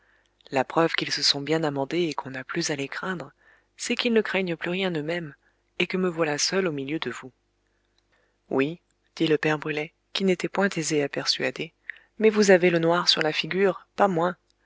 la preuve qu'ils se sont bien amendés et qu'on n'a plus à les craindre c'est qu'ils ne craignent plus rien eux-mêmes et que me voilà seul au milieu de vous oui dit le père brulet qui n'était point aisé à persuader mais vous avez le noir sur la figure pas moins